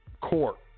court